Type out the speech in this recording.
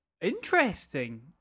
interesting